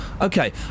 Okay